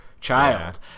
child